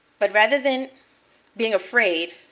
but rather than being afraid,